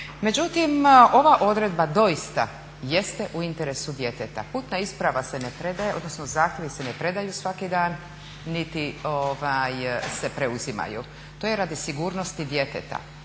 Međutim, ova odredba doista jeste u interesu djeteta. Putna isprava se ne predaje, odnosno zahtjevi se ne predaju svaki dan niti se preuzimaju. To je radi sigurnosti djeteta.